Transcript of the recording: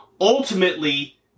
ultimately